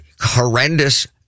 horrendous